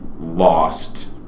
lost